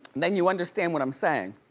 then you understand what i'm saying.